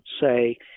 say